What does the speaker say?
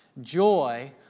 Joy